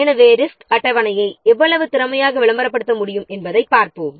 எனவே ரிசோர்ஸ் அட்டவணையை எவ்வளவு திறமையாக விளம்பரப்படுத்த முடியும் என்பதைப் பார்ப்போம்